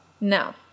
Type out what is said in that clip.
No